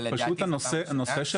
אבל לדעתי זו הפעם הראשונה.